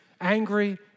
Angry